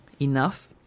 enough